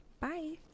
bye